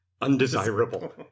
undesirable